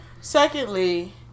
secondly